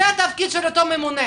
זה התפקיד של הממונה